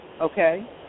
okay